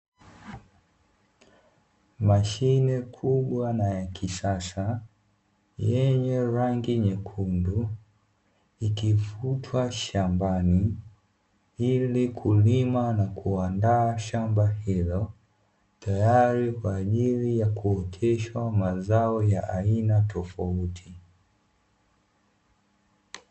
Mashine kubwa na ya kisasa yenye rangi nyekundu, ikivutwa shambani ili kulima na kuandaa shamba hilo, tayari kwa ajili ya kuoteshwa mazao ya aina tofauti.